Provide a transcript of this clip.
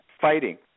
fighting